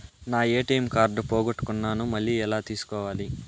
నా ATM card పోగొట్టుకున్నాను, మళ్ళీ ఎలా తీసుకోవాలి?